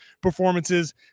performances